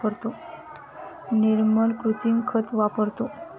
निर्मल कृत्रिम खत वापरतो